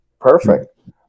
Perfect